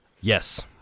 Yes